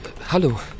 Hallo